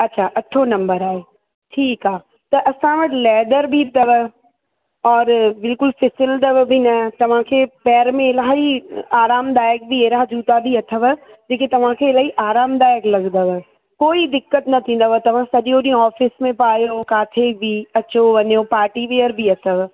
अच्छा अठों नम्बर आहे ठीकु आहे त असां वटि लैदर बि अथव और बिल्कुल फ़िसलदव बि न तव्हांखे पैर में इलाही आरामदायक बि अहिड़ा जूता बि अथव जेके तव्हांखे भई आरामदायक लॻंदव कोई दिक़तु न थींदव तव्हां सॼो ॾींहुं ऑफ़िस में पायो किथे बि अचो वञो पार्टी वियर बि अथव